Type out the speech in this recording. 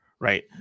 Right